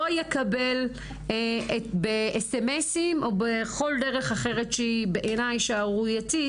לא יקבל ב-sms-ים או בכל דרך אחרת שהיא בעיניי שערורייתית,